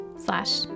slash